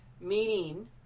meaning